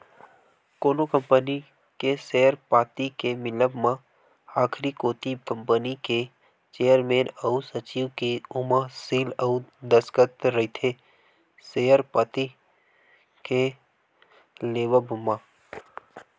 कोनो कंपनी के सेयर पाती के मिलब म आखरी कोती कंपनी के चेयरमेन अउ सचिव के ओमा सील अउ दस्कत रहिथे सेयर पाती के लेवब म